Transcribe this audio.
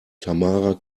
tamara